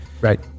Right